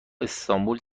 استانبول